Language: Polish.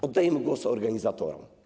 Oddajemy głos organizatorom.